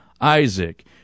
Isaac